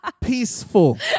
peaceful